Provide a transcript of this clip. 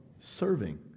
serving